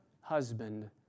husband